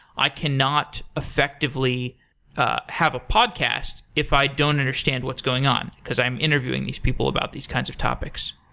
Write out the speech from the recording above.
i cannot effectively ah have a podcast if i don't understand what's going on, because i am interviewing these people about these kinds of topics.